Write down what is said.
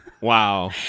Wow